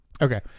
Okay